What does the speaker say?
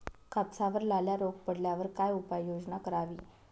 कापसावर लाल्या रोग पडल्यावर काय उपाययोजना करावी?